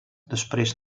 després